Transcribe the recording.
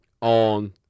on